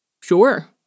Sure